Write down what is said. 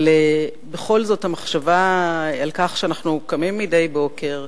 אבל בכל זאת, המחשבה על כך שאנחנו קמים מדי בוקר,